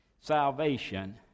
Salvation